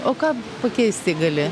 o ką pakeisti gali